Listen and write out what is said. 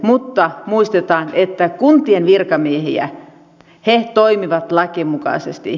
mutta muistetaan että kuntien virkamiehet toimivat lakien mukaisesti